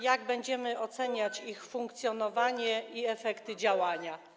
Jak będziemy oceniać ich funkcjonowanie i efekty działania?